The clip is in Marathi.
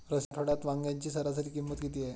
या आठवड्यात वांग्याची सरासरी किंमत किती आहे?